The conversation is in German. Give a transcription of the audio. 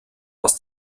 aus